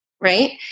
right